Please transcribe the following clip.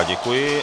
Děkuji.